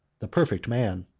the perfect man.